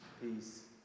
Peace